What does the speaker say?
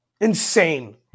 Insane